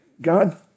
God